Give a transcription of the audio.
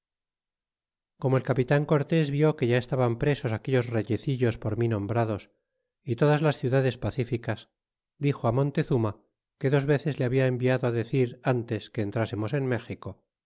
como el capi tan cortés vió que a estaban presos aquellos reyecillos por mi nombrados y todas las ciudades pacificas dixo montezuma que dos veces le habla enviado decir mates que entrásemos en méxico